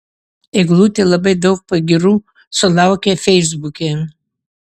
eglutė labai daug pagyrų sulaukia feisbuke